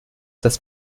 das